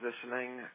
positioning